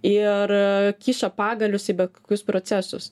ir kiša pagalius į bet kokius procesus